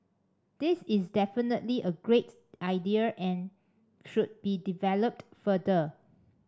this is definitely a great idea and should be developed further